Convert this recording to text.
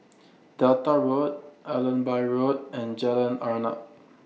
Delta Road Allenby Road and Jalan Arnap